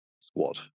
squad